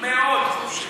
בגאווה גדולה מאוד מאוד.